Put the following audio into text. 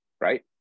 right